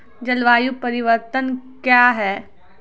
जलवायु परिवर्तन कया हैं?